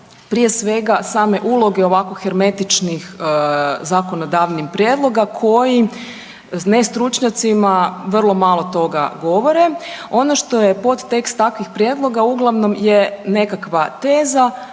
prije svega same uloge ovako hermetičnih zakonodavnih prijedloga koji ne stručnjacima vrlo malo toga govore. Ono što je podtekst takvih prijedloga uglavnom je nekakva teza